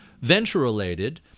venture-related